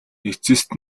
эцэст